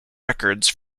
records